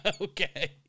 Okay